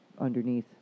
underneath